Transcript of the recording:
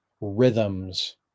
rhythms